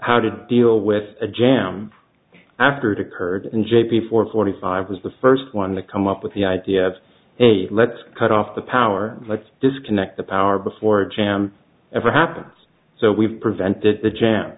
how to deal with a jam after it occurred in j p four forty five was the first one to come up with the idea of hey let's cut off the power let's disconnect the power before a jam ever happens so we've prevented